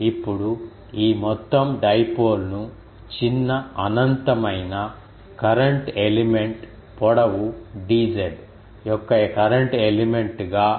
ఇప్పుడు ఈ మొత్తం డైపోల్ ను చిన్న అనంతమైన కరెంట్ ఎలిమెంట్ పొడవు dz యొక్క కరెంట్ ఎలిమెంట్ గా విభజిస్తాము